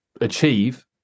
achieve